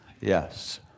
Yes